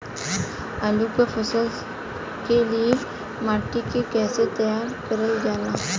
आलू क फसल के लिए माटी के कैसे तैयार करल जाला?